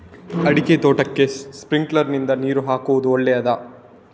ಅಡಿಕೆ ತೋಟಕ್ಕೆ ಸ್ಪ್ರಿಂಕ್ಲರ್ ನಿಂದ ನೀರು ಹಾಕುವುದು ಒಳ್ಳೆಯದ?